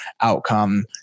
outcome